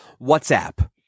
whatsapp